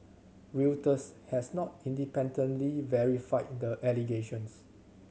Reuters has not independently verified the allegations